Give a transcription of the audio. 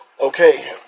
Okay